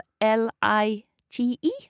L-I-T-E